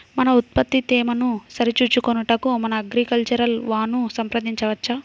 మన ఉత్పత్తి తేమను సరిచూచుకొనుటకు మన అగ్రికల్చర్ వా ను సంప్రదించవచ్చా?